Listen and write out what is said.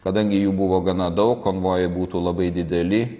kadangi jų buvo gana daug konvojai būtų labai dideli